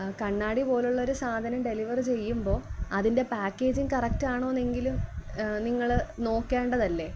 കണ്ണാടി പോലുള്ളൊരു സാധനം ഡെലിവറി ചെയ്യുമ്പോള് അതിൻ്റെ പാക്കേജിങ് കറക്റ്റ് ആണോ എന്നെങ്കിലും നിങ്ങള് നോക്കേണ്ടതല്ലേ